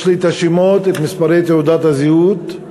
יש לי את השמות ואת מספרי תעודות הזהות,